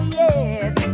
yes